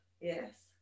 yes